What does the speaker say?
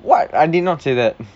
what I did not say that